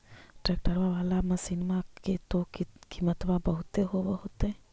ट्रैक्टरबा बाला मसिन्मा के तो किमत्बा बहुते होब होतै?